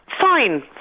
Fine